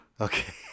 Okay